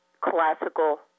classical